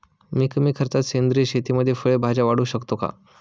मी कमी खर्चात सेंद्रिय शेतीमध्ये फळे भाज्या वाढवू शकतो का?